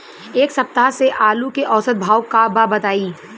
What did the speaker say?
एक सप्ताह से आलू के औसत भाव का बा बताई?